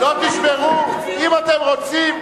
לא תשברו, מה קרה,